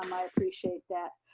um i appreciate that.